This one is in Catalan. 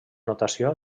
notació